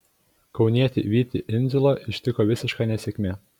kaunietį vytį indziulą ištiko visiška nesėkmė